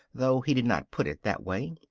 though he did not put it that way.